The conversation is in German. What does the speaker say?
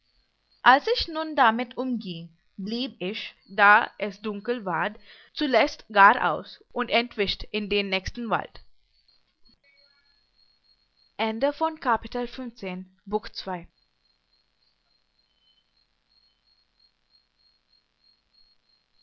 als ich nun damit umgieng blieb ich da es dunkel ward zuletzt gar aus und entwischt in den nächsten wald